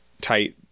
tight